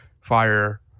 fire